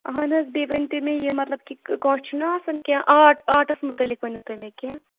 اہن حظ بیٚیہِ ؤنۍ تو مےٚ یہِ مطلب کہ کانٛہہ چھُنا آسان کینٛہہ آرٹ آٹَس مُتعلق ؤنِو تُہۍ مےٚ کینٛہہ